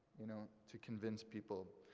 you know, to convince people,